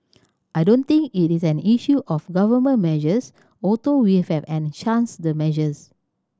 I don't think it is an issue of Government measures although we have enchants the measures